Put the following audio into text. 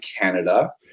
Canada